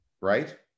Right